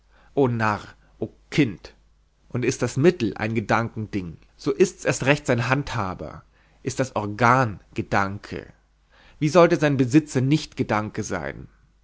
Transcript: o narr o kind und ist das mittel ein gedankending so ist's erst recht sein handhaber ist das organ gedanke wie sollte sein besitzer nicht gedanke sein